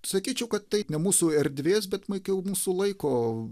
sakyčiau kad tai ne mūsų erdvės bet maikiau mūsų laiko